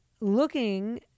looking